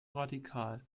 radikal